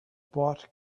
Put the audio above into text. bought